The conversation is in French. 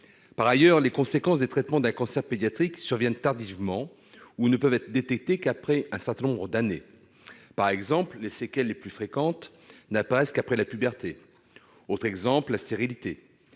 Par ailleurs, les conséquences des traitements d'un cancer pédiatrique surviennent tardivement ou ne peuvent être détectées qu'après un certain nombre d'années. Par exemple, les séquelles les plus fréquentes n'apparaissent qu'après la puberté. Autre exemple, la stérilité.